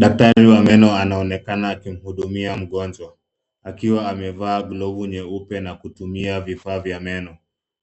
Daktari wa meno anaonekana akimhudumia mgonjwa akiwa amevaa glovu nyeupe na kutumia vifaa vya meno ,